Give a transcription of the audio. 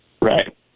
Right